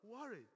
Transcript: worried